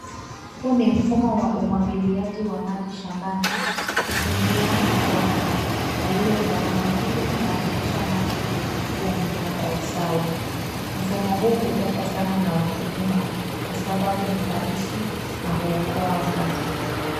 Huu ni mfumo wa umwagiliaji wa maji shambani kutumia mabomba yaliyogawana, ili kuhakikisha maji imefikia mimea kwa usawa. Mfumo huu hupendwa sana na wakulima kwa sababu ni rahisi na huokoa wakati.